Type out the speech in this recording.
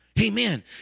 Amen